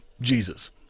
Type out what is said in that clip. Jesus